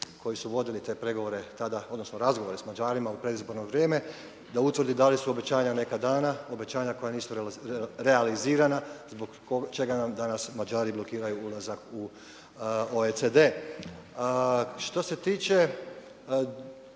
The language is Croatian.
koji su vodili te pregovore tada, odnosno razgovore da Mađarima u predizborno vrijeme, da utvrdi da li su obećanja neka dana, obećanja koja nisu realizirana zbog čega nam danas Mađari blokiraju ulazak u OECD. Što se tiče,